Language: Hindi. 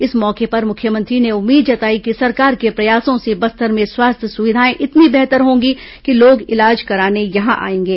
इस मौके पर मुख्यमंत्री ने उम्मीद जताई कि सरकार के प्रयासों से बस्तर में स्वास्थ्य सुविधाएं इतनी बेहतर होंगी कि लोग इलाज कराने यहां आएंगे